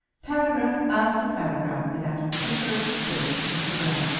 paragraph after paragraph without a flicker of disturbance on her brow.